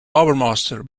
harbourmaster